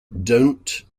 don’t